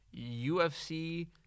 UFC